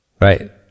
Right